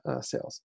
sales